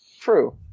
True